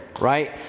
right